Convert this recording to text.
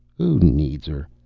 who needs her?